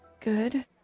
good